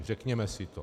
Řekněme si to.